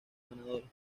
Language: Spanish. ganadores